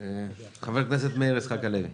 חבר הכנסת מאיר יצחק הלוי.